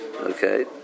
Okay